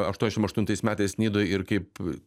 aštuoniasdešimt aštuntais metais nidoj ir kaip